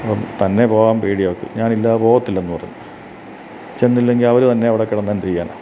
തന്നെപോകാൻ പേടിയാണ് അവൾക്ക് ഞാനില്ലാതെ പോകത്തില്ലെന്നു പറഞ്ഞു ചെന്നില്ലെങ്കിൽ അവർ തന്നെ അവിടെക്കിടന്നെന്തു ചെയ്യാനാ